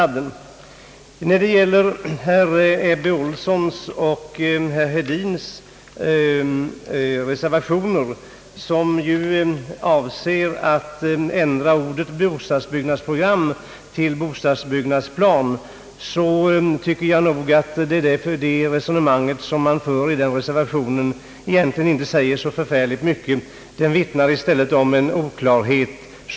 Beträffande herrar Ebbe Ohlssons och Hedins reservation, som avser att ändra ordet bostadsbyggnadsprogram till bostadsbyggnadsplan, så tycker jag att det resonemang som man för egentligen inte säger så förfärligt mycket. Det vittnar i stället om en oklarhet.